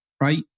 Right